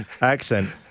accent